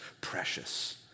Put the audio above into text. precious